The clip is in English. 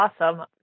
awesome